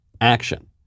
action